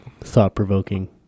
thought-provoking